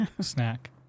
snack